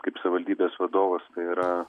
kaip savivaldybės vadovas tai yra